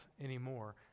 anymore